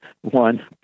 one